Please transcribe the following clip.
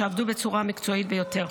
שעבדו בצורה המקצועית ביותר.